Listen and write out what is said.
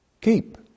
keep